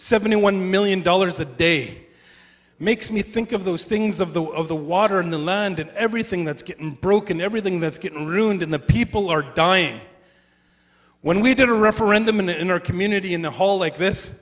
seventy one million dollars a day makes me think of those things of the of the water and the learned and everything that's getting broken everything that's getting ruined in the people are dying when we did a referendum in our community in the hall like this